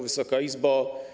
Wysoka Izbo!